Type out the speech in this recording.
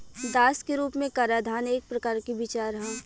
दास के रूप में कराधान एक प्रकार के विचार ह